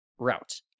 route